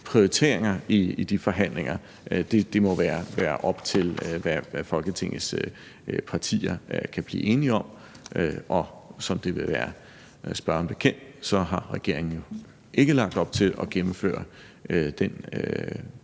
prioriteringer i de forhandlinger, må være op til, hvad Folketingets partier kan blive enige om. Og som det vil være spørgeren bekendt, har regeringen ikke lagt op til at gennemføre den jernbane,